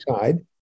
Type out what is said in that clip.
side